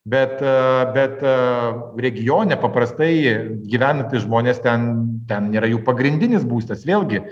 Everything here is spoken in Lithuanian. bet a bet a regione paprastai gyvenantys žmonės ten ten nėra jų pagrindinis būstas vėlgi